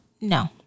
No